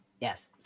yes